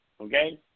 okay